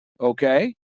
okay